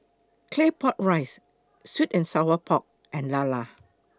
Claypot Rice Sweet and Sour Pork and Lala